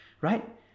right